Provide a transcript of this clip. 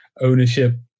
ownership